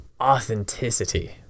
authenticity